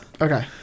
okay